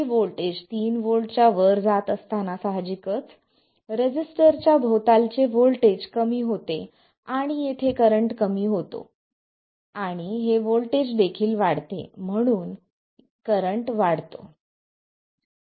हे voltage 3 volt च्या वर जात असताना सहजिकच रेझिस्टर च्या भोवतालचे व्होल्टेज कमी होते आणि येथे करंट कमी होतो आणि हे व्होल्टेज देखील वाढते म्हणून येथे करंट वाढतो